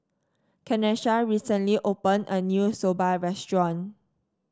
Kanesha recently opened a new Soba restaurant